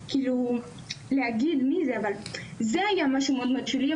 זה היה משהו מאוד שולי.